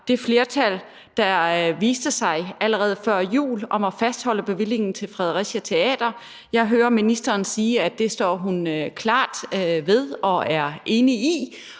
det flertal, der viste sig allerede før jul, om at fastholde bevillingen til Fredericia Teater. Jeg hører ministeren sige, at det står hun klart ved og er enig i,